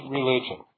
religion